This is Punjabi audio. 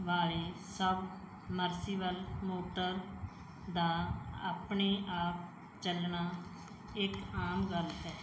ਵਾਲੀ ਸਬਮਰਸੀਵੱਲ ਮੋਟਰ ਦਾ ਆਪਣੇ ਆਪ ਚੱਲਣਾ ਇੱਕ ਆਮ ਗੱਲ ਹੈ